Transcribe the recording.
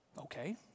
Okay